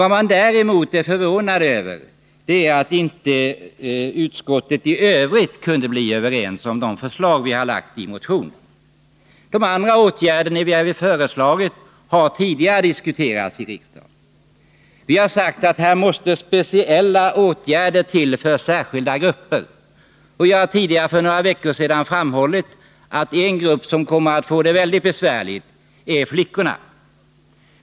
Jag är förvånad över att man inom utskottet inte i övrigt kunde enas om de förslag vi lagt fram i motionen. De andra åtgärder vi har föreslagit har tidigare diskuterats i riksdagen. Vi har sagt att speciellla åtgärder måste till för några grupper. För några veckor sedan framhöll vi att en grupp som kommer att få det besvärligt är flickorna.